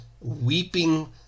Weeping